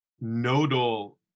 nodal